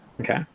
Okay